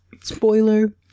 Spoiler